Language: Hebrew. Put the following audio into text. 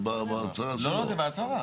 לא זה בהצהרה.